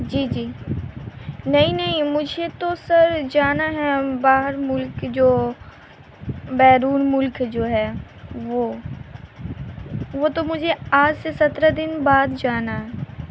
جی جی نہیں نہیں مجھے تو سر جانا ہے باہر ملک جو بیرون ملک جو ہے وہ وہ تو مجھے آج سے سترہ دن بعد جانا ہے